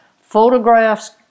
photographs